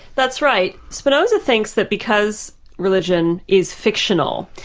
that's right. spinoza thinks that because religion is fictional,